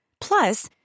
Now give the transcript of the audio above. Plus